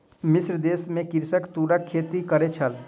मिस्र देश में कृषक तूरक खेती करै छल